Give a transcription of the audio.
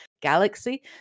galaxy